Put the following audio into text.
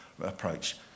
approach